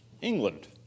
England